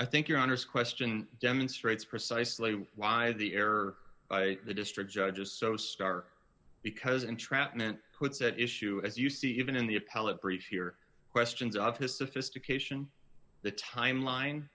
i think your honour's question demonstrates precisely why the error by the district judge is so star because entrapment puts that issue as you see even in the appellate brief here questions of his sophistication the timeline